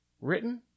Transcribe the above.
written